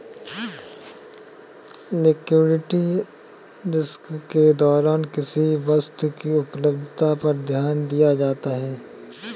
liquidity risk के दौरान किसी वस्तु की उपलब्धता पर ध्यान दिया जाता है